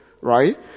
right